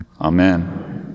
Amen